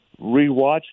rewatch